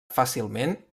fàcilment